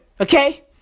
okay